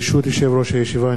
ברשות יושב-ראש הישיבה,